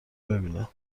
ببینم